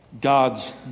God's